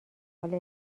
حال